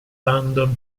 london